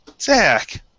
Zach